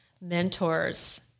mentors